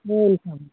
ए हुन्छ हुन्छ